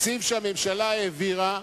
תקציב שהממשלה העבירה,